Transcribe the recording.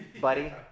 buddy